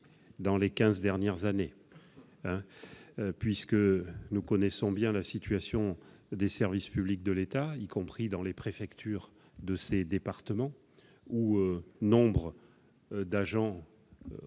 les quinze dernières années ... Nous connaissons bien la situation des services publics de l'État, y compris dans les préfectures des départements ruraux. Nombre d'agents